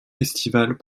festivals